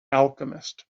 alchemist